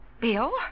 Bill